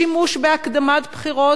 שימוש בהקדמת בחירות,